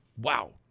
Wow